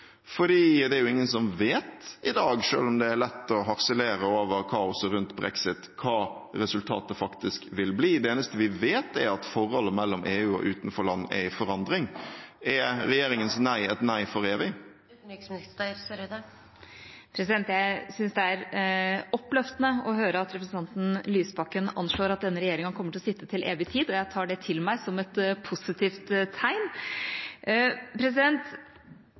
det er ingen som vet i dag – selv om det er lett å harselere over kaoset rundt brexit – hva resultatet vil bli. Det eneste vi vet, er at forholdet mellom EU og utenforland er i forandring. Er regjeringens nei et nei for evig? Jeg syns det er oppløftende å høre at representanten Lysbakken anslår at denne regjeringa kommer til å sitte til evig tid, og jeg tar det til meg som et positivt tegn.